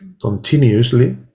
continuously